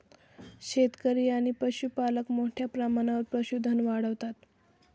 शेतकरी आणि पशुपालक मोठ्या प्रमाणावर पशुधन वाढवतात